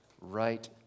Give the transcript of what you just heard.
right